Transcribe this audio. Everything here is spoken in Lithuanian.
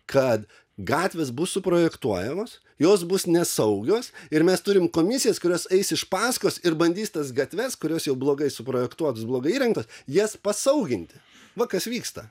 kad gatvės bus suprojektuojamos jos bus nesaugios ir mes turim komisijas kurios eis iš paskolos ir bandys tas gatves kurios jau blogai suprojektuotos blogai įrengtos jas pasauginti va kas vyksta